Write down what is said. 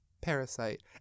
Parasite